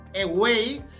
away